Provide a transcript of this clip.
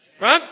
Right